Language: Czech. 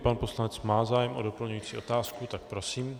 Pan poslanec má zájem o doplňující otázku, tak prosím.